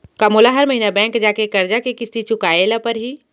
का मोला हर महीना बैंक जाके करजा के किस्ती चुकाए ल परहि?